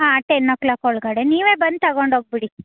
ಹಾಂ ten o'clock ಒಳಗಡೆ ನೀವೇ ಬಂದು ತಗೊಂಡು ಹೋಗ್ಬಿಡಿ